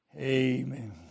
Amen